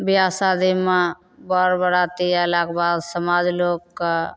बिआह शादीमे बर बाराती अएलाके बाद समाज लोकके